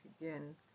again